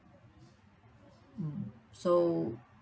so